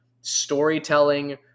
storytelling